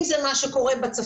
אם זה מה שקורה בצפון,